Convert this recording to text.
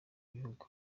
bihugu